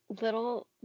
little